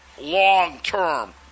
long-term